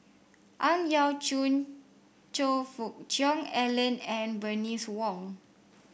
Ang Yau Choon Choe Fook Cheong Alan and Bernice Wong